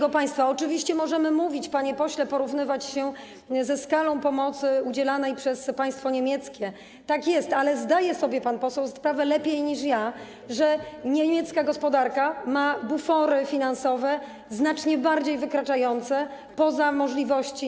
Oczywiście możemy, panie pośle, porównywać się ze skalą pomocy udzielanej przez państwo niemieckie, ale zdaje sobie pan poseł sprawę lepiej niż ja, że niemiecka gospodarka ma bufory finansowe zacznie bardziej wykraczające poza nasze możliwości.